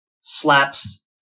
slaps